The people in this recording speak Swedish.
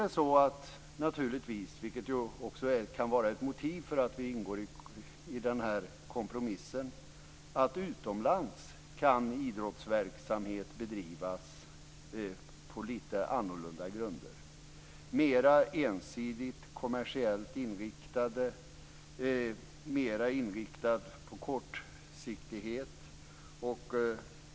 Det är naturligtvis också så, vilket kan vara ett motiv för att vi ingår i den här kompromissen, att utomlands kan idrottsverksamhet bedrivas på lite annorlunda grunder, mer ensidigt kommersiellt inriktad, mer inriktad på kortsiktighet.